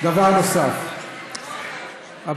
דבר נוסף,